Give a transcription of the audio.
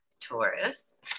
Taurus